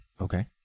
okay